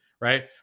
right